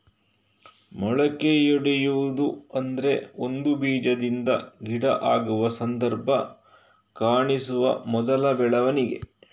ಮೊಳಕೆಯೊಡೆಯುವುದು ಅಂದ್ರೆ ಒಂದು ಬೀಜದಿಂದ ಗಿಡ ಆಗುವ ಸಂದರ್ಭ ಕಾಣಿಸುವ ಮೊದಲ ಬೆಳವಣಿಗೆ